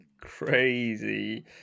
Crazy